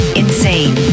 insane